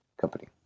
company